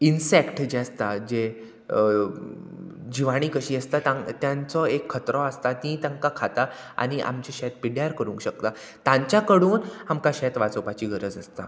insect जे आसता जे जिवाणी कशी आसता तांक तांचो एक खतरो आसता ती तांकां खाता आनी आमचे शेत पिड्ड्यार करूंक शकता तांच्या कडून आमकां शेत वाचोवपाची गरज आसता